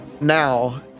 now